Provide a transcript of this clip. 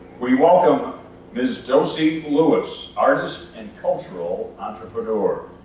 we welcome ms. docey lewis, artist and cultural entrepreneur.